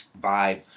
vibe